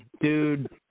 Dude